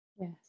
Yes